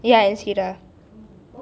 ya it is cedar